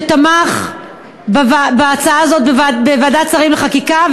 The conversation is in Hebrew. שתמך בהצעה הזאת בוועדת שרים לחקיקה,